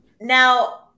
now